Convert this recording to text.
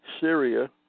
Syria